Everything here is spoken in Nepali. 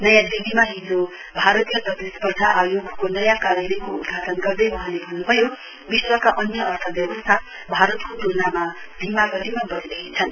नयाँ दिल्लीमा हिजो भारतीय प्रतिस्पर्धा आयोगको नयाँ कार्यालयको उद्घाटन गर्दै वहाँले भन्नुभयो विश्वका अन्य अर्थव्यवस्था भारतको तुलनामा धीमा गतिमा वढ़िरहेछन्